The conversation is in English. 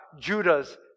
Judah's